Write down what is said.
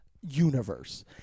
universe